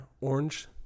orange